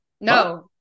no